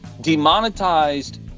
demonetized